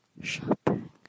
shopping